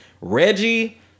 Reggie